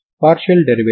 కాబట్టి w అంటే ఏమిటి